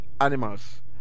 animals